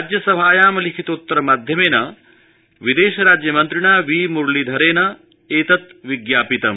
राज्यसभायां लिखितोत्तर माध्यमेन विदेशराज्यमन्त्रिणा वी मरलीधरेण एतत् विज्ञापितम्